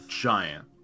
giant